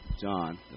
John